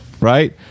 Right